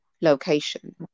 location